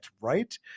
right